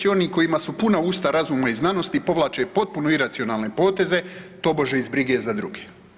oni kojima su puna usta razuma i znanosti povlače potpuno iracionalne poteze tobože iz brige za druge.